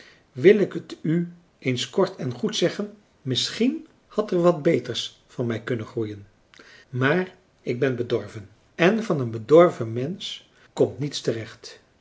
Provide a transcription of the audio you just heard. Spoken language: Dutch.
wil ik het u eens kort en goed zeggen misschien had er wat beters van mij kunnen groeien maar ik ben bedorven en van een bedorven mensch komt niets terecht